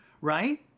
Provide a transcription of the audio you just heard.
Right